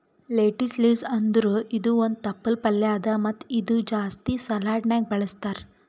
lettuce leaves ಅಂದುರ್ ಇದು ಒಂದ್ ತಪ್ಪಲ್ ಪಲ್ಯಾ ಅದಾ ಮತ್ತ ಇದು ಜಾಸ್ತಿ ಸಲಾಡ್ನ್ಯಾಗ ಬಳಸ್ತಾರ್